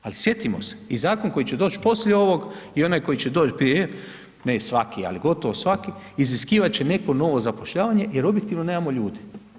Ali sjetimo se i Zakon koji će doći poslije ovog i onaj koji će doći prije, ne i svaki, ali gotovo svaki, iziskivati će neko novo zapošljavanje jer objektivno nemamo ljudi.